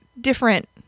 different